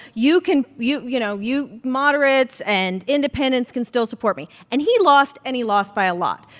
you can you you know, you moderates and independents can still support me. and he lost, and he lost by a lot.